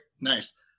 nice